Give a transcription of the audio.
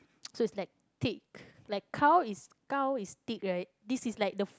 so is like thick like gao is gao is thick right this is like the